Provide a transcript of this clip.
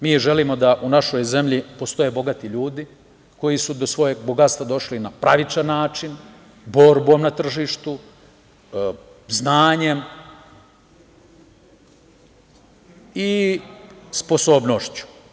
Mi želimo da u našoj zemlji postoje bogati ljudi koji su do svog bogatstva došli na pravičan način, borbom na tržištu, znanjem i sposobnošću.